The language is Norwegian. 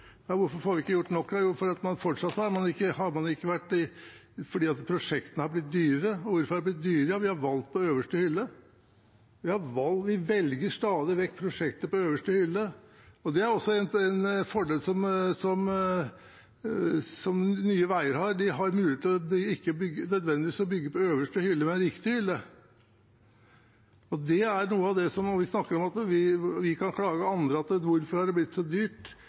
Ja, hvorfor får vi ikke gjort nok da? Jo, fordi prosjektene har blitt dyrere. Og hvorfor har de blitt dyrere da? Jo, vi har valgt på øverste hylle. Vi velger stadig vekk prosjekter på øverste hylle. Det er også en fordel som Nye Veier har; de har muligheten til ikke nødvendigvis å velge på øverste hylle, men på riktig hylle! Vi kan klage på andre – hvorfor har det blitt så dyrt, ja, hvorfor blir det ikke stoppet, spør Fasteraune. Hvorfor blir det ikke stoppet? Ja, når har Stortinget stoppet et prosjekt på grunn av prisoverskridelser? Det er sånn man må gjøre i kommunene det, å stoppe prosjekter fordi det har blitt for dyrt,